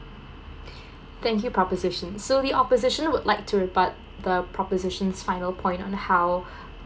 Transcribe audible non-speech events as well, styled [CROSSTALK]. [BREATH] thank you proposition so the opposition would like to rebut the proposition's final point on how [BREATH]